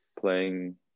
playing